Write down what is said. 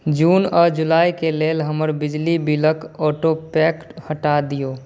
जून आओर जुलाइके लेल हमर बिजली बिलके ऑटेपेके हटा दिऔ